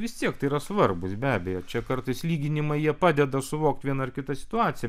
visi aktai yra svarbūs be abejo čia kartais lyginimai jie padeda suvokt vieną ar kitą situaciją